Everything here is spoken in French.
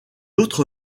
autre